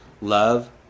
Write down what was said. love